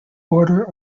order